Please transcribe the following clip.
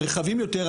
הרחבים יותר,